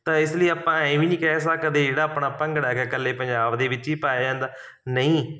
ਤਾਂ ਇਸ ਲਈ ਆਪਾਂ ਐਂ ਵੀ ਨਹੀਂ ਕਹਿ ਸਕਦੇ ਜਿਹੜਾ ਆਪਣਾ ਭੰਗੜਾ ਹੈਗਾ ਇਕੱਲੇ ਪੰਜਾਬ ਦੇ ਵਿੱਚ ਹੀ ਪਾਇਆ ਜਾਂਦਾ ਨਹੀਂ